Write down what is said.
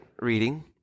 reading